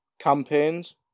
campaigns